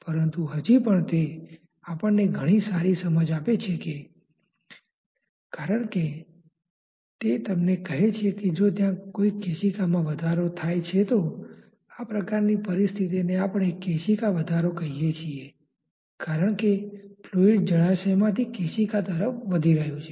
પરંતુ હજી પણ તે આપણને ઘણી સારી સમજ આપે છે કારણ કે તે તમને કહે છે કે જો ત્યાં કોઈ કેશિકા મા વધારો થાય છે તો આ પ્રકારની પરિસ્થિતિને આપણે કેશિકા વધારો કહીએ છીએ કારણ કે ફ્લુઈડ જળાશયમાંથી કેશિકા તરફ વધી રહ્યુ છે